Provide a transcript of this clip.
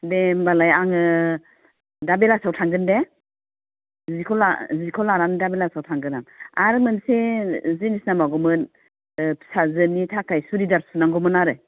दे होनबालाय आङो दा बेलासियाव थांगोन दे जिखौ लानानै दा बेलासियाव थांगोन आं आरो मोनसे जिनिस नांबावगौमोन फिसाजोनि थाखाय सुरिदार सुनांगौमोन आरो